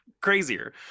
crazier